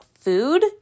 food